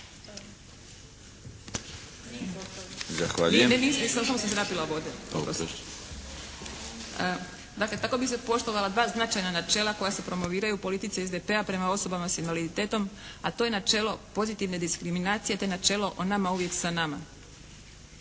kako bi se poštovala dva značajna načela koja se promoviraju u politici SDP-a prema osobama s invaliditetom. A to je načelo pozitivne diskriminacije te načelo "O nama, uvijek sa nama".